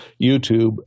YouTube